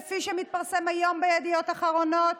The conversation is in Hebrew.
רק המדינה,